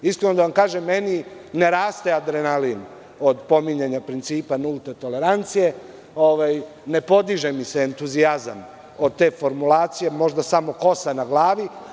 Iskreno da vam kažem meni ne raste adrenalin od pominjanja principa nulte tolerancije, ne podiže mi se entuzijazam od te formulacije možda samo kosa na glavi.